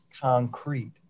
concrete